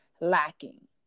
lacking